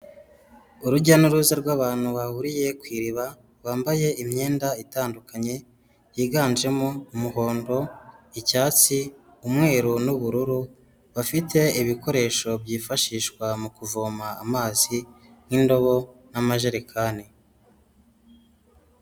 Urujya n'uruza rw'abantu bahuriye ku iriba, bambaye imyenda itandukanye yiganjemo umuhondo, icyatsi, umweru n'ubururu, bafite ibikoresho byifashishwa mu kuvoma amazi n'indobo n'amajerekani.